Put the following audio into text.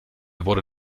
wurde